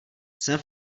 jsem